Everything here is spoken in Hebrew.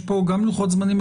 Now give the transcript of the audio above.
שיש פה גם לוחות זמנים,